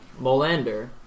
Molander